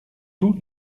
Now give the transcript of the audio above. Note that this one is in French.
tous